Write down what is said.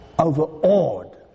overawed